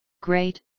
great